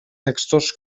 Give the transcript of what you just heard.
textos